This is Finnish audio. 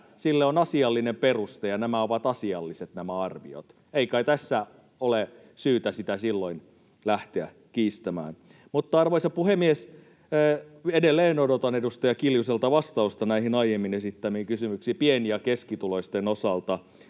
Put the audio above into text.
sille on asiallinen peruste ja nämä arviot ovat asialliset. Ei kai tässä ole syytä sitä silloin lähteä kiistämään. Mutta, arvoisa puhemies, edelleen odotan edustaja Kiljuselta vastausta näihin aiemmin esittämiini kysymyksiin pieni- ja keskituloisten osalta.